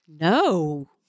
No